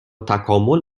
تکامل